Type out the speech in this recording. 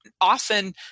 often